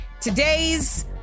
Today's